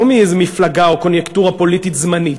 לא מאיזו מפלגה או קוניונקטורה פוליטית זמנית,